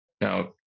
Now